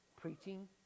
preaching